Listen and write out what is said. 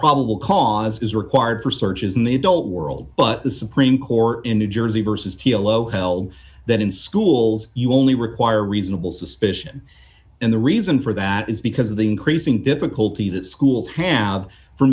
probable cause is required for searches in the adult world but the supreme court in new jersey vs t o l o held that in schools you only require reasonable suspicion and the reason for that is because of the increasing difficulty that schools have for